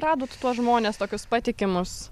radot tuos žmones tokius patikimus